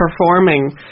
performing